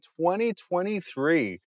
2023